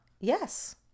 Yes